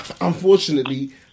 unfortunately